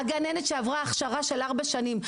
גננת שעברה הכשרה של ארבע שנים,